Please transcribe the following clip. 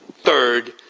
third,